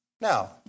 Now